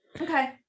Okay